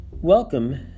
Welcome